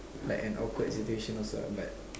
let an awkward situation also ah but